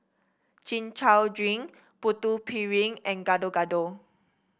Chin Chow Drink Putu Piring and Gado Gado